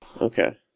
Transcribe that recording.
Okay